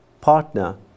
partner